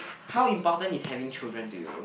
how important is having children to you